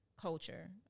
culture